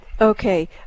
Okay